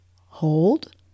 hold